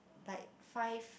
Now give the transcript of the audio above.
like five